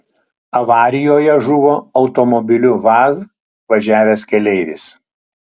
avarijoje žuvo automobiliu vaz važiavęs keleivis